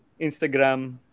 Instagram